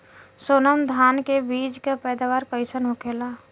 सोनम धान के बिज के पैदावार कइसन होखेला?